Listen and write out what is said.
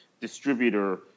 distributor